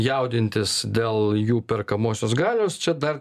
jaudintis dėl jų perkamosios galios čia dar